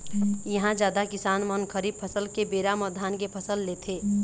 इहां जादा किसान मन खरीफ फसल के बेरा म धान के फसल लेथे